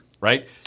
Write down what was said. right